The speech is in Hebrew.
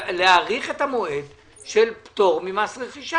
להאריך את המועד של פטור ממס רכישה,